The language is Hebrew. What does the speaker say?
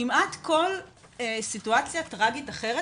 כמעט כל סיטואציה טראגית אחרת,